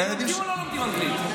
הילדים שלך לומדים אנגלית?